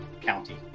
County